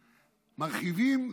מרחיבים,